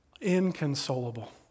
inconsolable